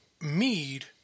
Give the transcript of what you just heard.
mead